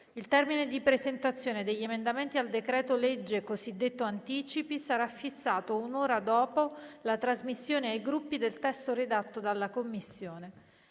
Il termine di presentazione degli emendamenti al decreto-legge cosiddetto anticipi sarà fissato un'ora dopo la trasmissione ai Gruppi del testo redatto dalla Commissione.